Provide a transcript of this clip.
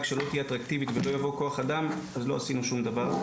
שלא תהיה אטרקטיבית ולא יבוא כוח אדם אז לא עשינו שום דבר.